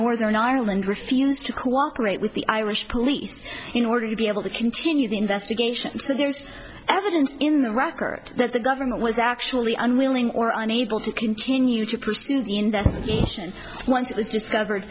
northern ireland refused to cooperate with the irish police in order to be able to continue the investigation so there's evidence in the record that the government was actually unwilling or unable to continue to pursue the investigation once it was discover